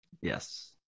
Yes